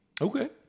Okay